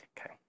Okay